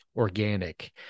organic